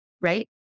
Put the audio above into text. right